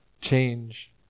Change